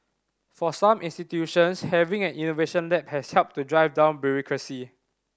for some institutions having an innovation lab has helped to drive down bureaucracy